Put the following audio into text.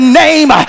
name